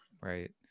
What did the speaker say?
right